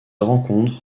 rencontre